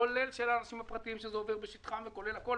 כולל של האנשים הפרטיים שזה עובר בשטחם וכולל הכול,